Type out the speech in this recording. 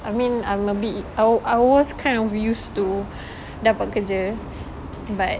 I mean I'm a bit I I was kind of used to dapat kerja but